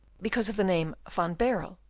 because of the name van baerle,